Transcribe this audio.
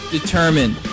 determined